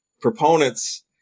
proponents